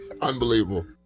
Unbelievable